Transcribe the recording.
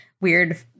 weird